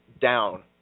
down